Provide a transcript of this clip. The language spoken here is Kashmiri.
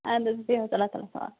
اَدٕ حظ بیٚہ حظ اللہ تعلیٰ ہَس حوالہٕ